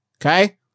Okay